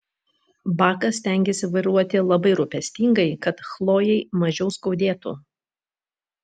bakas stengėsi vairuoti labai rūpestingai kad chlojei mažiau skaudėtų